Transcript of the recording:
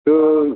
تہٕ